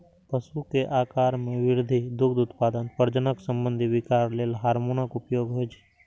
पशु के आाकार मे वृद्धि, दुग्ध उत्पादन, प्रजनन संबंधी विकार लेल हार्मोनक उपयोग होइ छै